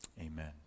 Amen